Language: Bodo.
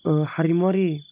हारिमुवारि